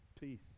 Peace